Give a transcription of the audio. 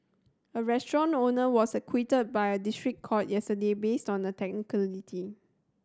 a restaurant owner was acquitted by a district court yesterday based on a technicality